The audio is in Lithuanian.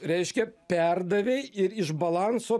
reiškia perdavei ir iš balanso